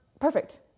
perfect